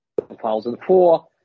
2004